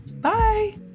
Bye